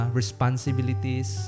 responsibilities